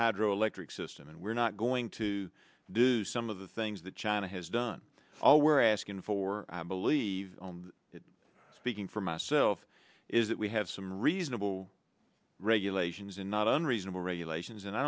a trick system and we're not going to do some of the things that china has done all we're asking for believe speaking for myself is that we have some reasonable regulations and not unreasonable regulations and i